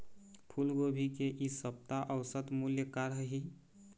फूलगोभी के इ सप्ता औसत मूल्य का रही?